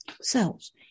selves